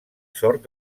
sort